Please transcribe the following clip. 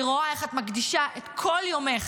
אני רואה איך את מקדישה את כל יומך,